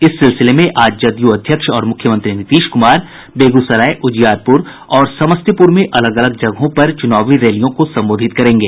इस सिलसिले में आज जदयू अध्यक्ष और मुख्यमंत्री नीतीश कुमार बेगूसराय उजियारपुर और समस्तीपुर में अलग अलग जगहों पर चुनावी रैलियों को संबोधित करेंगे